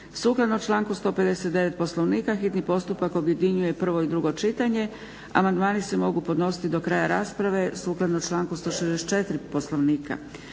Sukladno članku 159. Poslovnika hitni postupak objedinjuje prvo i drugo čitanje. Amandmani se mogu podnositi do kraja rasprave sukladno članku 164. Poslovnika.